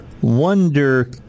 Wonder